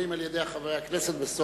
שנאמרים על-ידי חברי הכנסת.